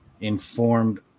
informed